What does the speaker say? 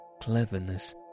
cleverness